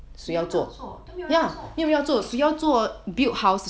你有没有做谁要做